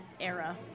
era